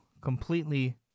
completely